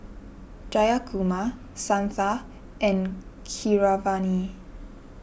Jayakumar Santha and Keeravani